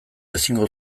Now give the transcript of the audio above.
ezingo